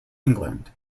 england